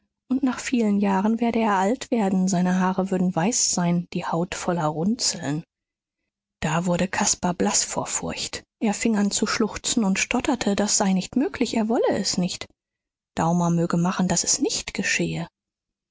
und nach vielen jahren werde er alt werden seine haare würden weiß sein die haut voller runzeln da wurde caspar blaß vor furcht er fing an zu schluchzen und stotterte das sei nicht möglich er wolle es nicht daumer möge machen daß es nicht geschehe